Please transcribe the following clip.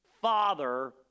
father